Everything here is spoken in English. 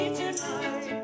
tonight